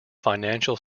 financial